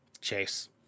Chase